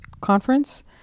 conference